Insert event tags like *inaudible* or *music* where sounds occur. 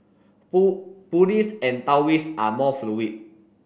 *unintelligible* Buddhists and Taoists are more fluid